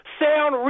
sound